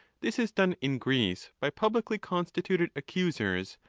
this is done in greece by publicly constituted accusers,